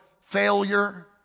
failure